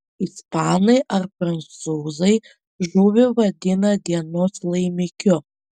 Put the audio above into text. ispanai ar prancūzai žuvį vadina dienos laimikiu